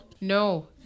No